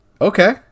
Okay